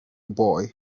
boy